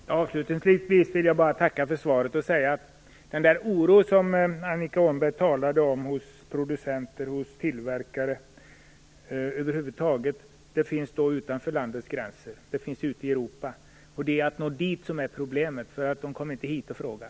Herr talman! Avslutningsvis vill jag tacka för svaret. Den oro hos producenter och tillverkare som Annika Åhnberg talade om finns utanför landets gränser. Den finns ute i Europa. Problemet är att nå dit eftersom de inte kommer hit och frågar.